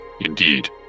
indeed